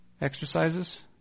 exercises